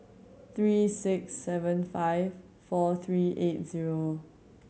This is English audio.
three six seven five four three eight zero